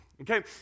Okay